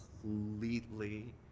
completely